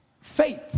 Faith